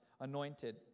anointed